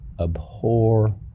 abhor